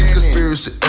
Conspiracy